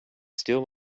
still